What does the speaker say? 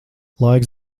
laiks